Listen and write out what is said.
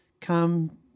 come